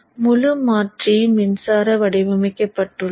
முழு மாற்றி மின்சாரம் வடிவமைக்கப்பட்டுள்ளது